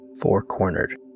four-cornered